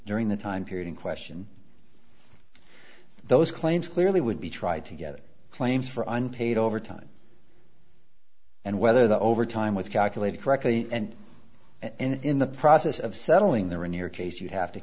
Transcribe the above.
during the time period in question those claims clearly would be tried together claims for unpaid overtime and whether the over time was calculated correctly and in the process of settling there in your case you have to